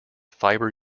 fiber